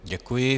Děkuji.